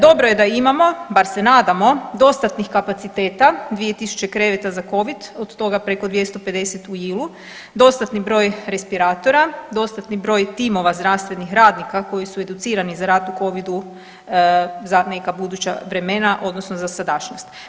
Dobro je da imamo, bar se nadamo dostatnih kapaciteta 2000 kreveta za Covid od toga preko 250 u …/nerazumljivo/… dostatni broj respiratora, dostatni broj timova zdravstvenih radnika koji su educirani za rad u Covidu za neka buduća vremena odnosno za sadašnjost.